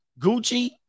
Gucci